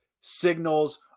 signals